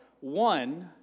One